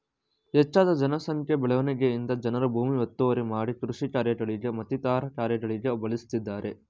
ಹೆಚ್ಜದ ಜನ ಸಂಖ್ಯೆ ಬೆಳವಣಿಗೆಯಿಂದ ಜನರು ಭೂಮಿ ಒತ್ತುವರಿ ಮಾಡಿ ಕೃಷಿ ಕಾರ್ಯಗಳಿಗೆ ಮತ್ತಿತರ ಕಾರ್ಯಗಳಿಗೆ ಬಳಸ್ತಿದ್ದರೆ